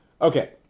okay